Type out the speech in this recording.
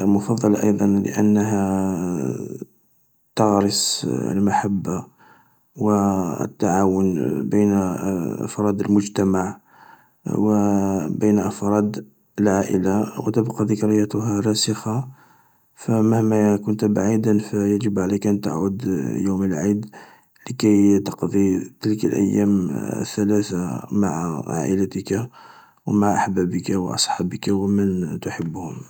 مفضلة ايضا لأنها تغرس المحبة و التعاون بين أفراد المجتمع و بين أفراد العائلة و تبقى ذكرياتها راسخة فمهما كنت بعيدا فيجب عليك ان تعود يوم العيد لكي تقضي تلك الأيام الثلاثة مع عائلتك و مع احبابك وأصحابك ومن نحبهم.